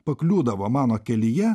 pakliūdavo mano kelyje